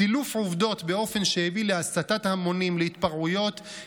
סילוף עובדות באופן שהביא להסתת ההמונים להתפרעויות,